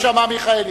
ורק שמע מיכאלי.